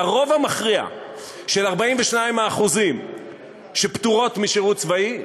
והרוב המכריע של 42% שפטורות משירות צבאי,